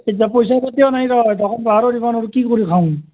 এতিয়া পইচা পাতিও নাই ধৰ দোকান পোহাৰো দিব নোৱাৰোঁ কি কৰি খাওঁ